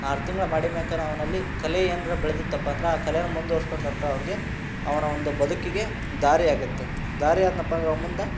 ಆರು ತಿಂಗ್ಳು ಮಾಡಿದಮ್ಯಾಕಾರ ಅವನಲ್ಲಿ ಕಲೆ ಏನರಾ ಬೆಳೆದಿತ್ತಪ್ಪ ಅಂದ್ರೆ ಆ ಕಲೆಯನ್ನ ಮುಂದುವರಿಸ್ಕೊಂಡ್ ಬಂದ್ರೆ ಅವ್ರಿಗೆ ಅವನ ಒಂದು ಬದುಕಿಗೆ ದಾರಿ ಆಗುತ್ತೆ ದಾರಿ ಆದೆನಪ್ಪ ಅಂದ್ರೆ ಅವು ಮುಂದೆ